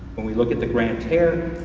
when we look at the grande terre,